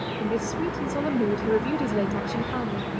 in this sweet and solemn mood he reviewed his late action calmly,